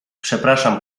przepraszam